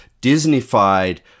Disney-fied